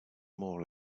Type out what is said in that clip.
more